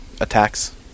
attacks